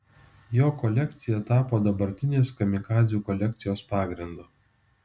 jo kolekcija tapo dabartinės kamikadzių kolekcijos pagrindu